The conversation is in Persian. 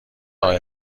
راه